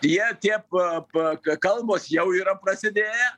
jie tie pa pa kalbos jau yra prasidėję